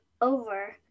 over